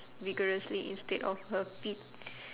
vigorously instead of her feet